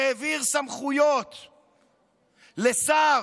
שהעביר סמכויות לשר,